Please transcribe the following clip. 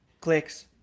clicks